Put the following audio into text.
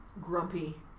grumpy